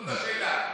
זאת השאלה.